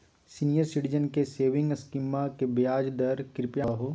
senior citizen के saving स्कीमवा के ब्याज दर कृपया हमरा बताहो